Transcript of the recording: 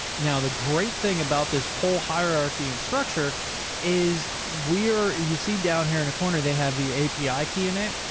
now the great thing about this whole hierarchy and structure is we are, you see down here in a corner, they have the api key in it.